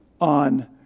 on